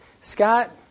Scott